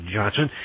Johnson